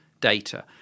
data